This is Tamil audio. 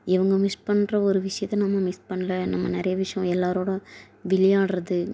இவங்க மிஸ் பண்ணுற ஒரு விஷியத்தை நம்ம மிஸ் பண்ணல நம்ம நிறைய விஷயம் எல்லாரோடும் விளையாடுறது